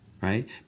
Right